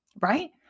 right